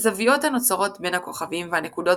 הזוויות הנוצרות בין הכוכבים והנקודות